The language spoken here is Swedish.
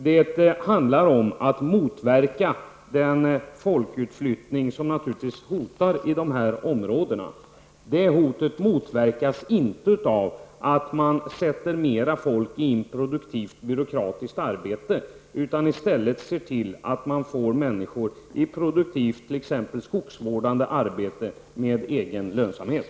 Det handlar om att motverka den folkutflyttning som hotar i dessa områden. Det hotet motverkas inte av att man sätter mera folk i improduktivt byråkratiskt arbete. I stället måste man se till att få människor i produktivt, t.ex. skogsvårdande, arbete med egen lönsamhet.